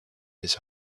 his